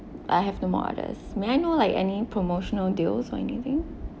I have no more orders may I know like any promotional deals or anything